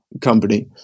company